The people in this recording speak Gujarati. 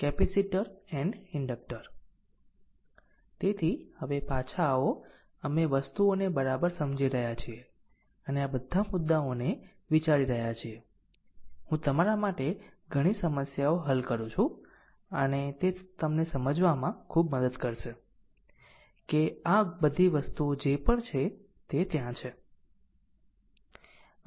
તેથી હવે પાછા આવો અમે વસ્તુઓને બરાબર સમજી રહ્યા છીએ અને આ બધા મુદ્દાઓને વિચારી રહ્યા છીએ હું તમારા માટે ઘણી સમસ્યાઓ હલ કરું છું તે તમને તે સમજવામાં ખૂબ મદદ કરશે કે આ બધી વસ્તુઓ જે પણ છે તે ત્યાં છે